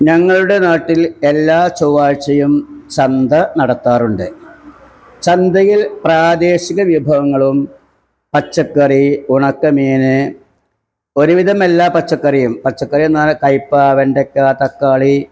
ഞങ്ങളുടെ നാട്ടില് എല്ലാ ചൊവ്വാഴ്ചയും ചന്ത നടത്താറുണ്ട് ചന്തയില് പ്രാദേശിക വിഭവങ്ങളും പച്ചക്കറി ഉണക്ക മീൻ ഒരു വിധം എല്ലാ പച്ചക്കറിയും പച്ചക്കറി എന്നാല് കയ്പ്പ വെണ്ടയ്ക്ക തക്കാളി